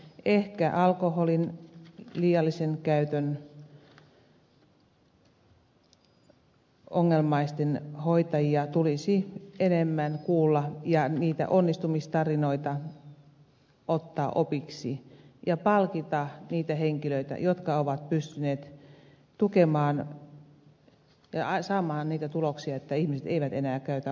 ehkä tulisi kuulla enemmän alkoholin liiallisen käytön johdosta ongelmaisia hoitavia ja niitä onnistumistarinoita ottaa opiksi ja palkita niitä henkilöitä jotka ovat pystyneet tukemaan ja saamaan niitä tuloksia että ihmiset eivät enää käytä alkoholia väärin